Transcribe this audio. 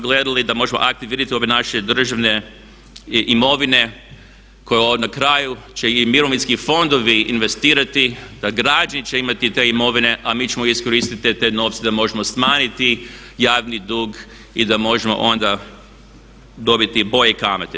Gledali smo da možemo aktivirati ove naše državne imovine u koje na kraju će i mirovinski fondovi investirati, da građani će imati te imovine, a mi ćemo iskoristiti te novce da možemo smanjiti javni dug i da možemo onda dobiti bolje kamate.